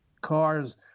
cars